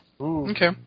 Okay